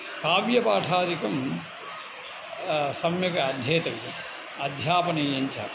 काव्यपाठादिकं सम्यक् अध्येतव्यम् अध्यापनीयञ्च